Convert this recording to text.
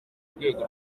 rwego